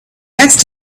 next